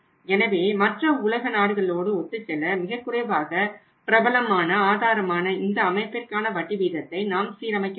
எனவே மற்ற உலக நாடுகளோடு ஒத்து செல்ல மிகக்குறைவான பிரபலமான ஆதாரமான இந்த அமைப்பிற்கான வட்டி வீதத்தை நாம் சீரமைக்க வேண்டும்